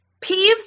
Peeves